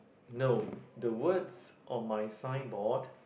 no the words on my signboard